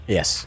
Yes